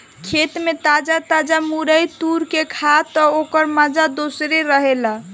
खेते में ताजा ताजा मुरई तुर के खा तअ ओकर माजा दूसरे रहेला